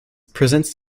presents